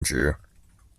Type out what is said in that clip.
任职